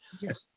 Yes